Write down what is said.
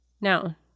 Now